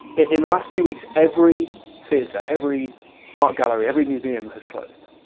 in the last few weeks every theatre, every art gallery, every museum has closed,